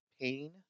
pain